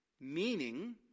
Meaning